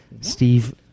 Steve